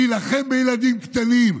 להילחם בילדים קטנים,